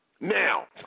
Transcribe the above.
Now